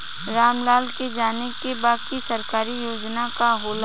राम लाल के जाने के बा की सरकारी योजना का होला?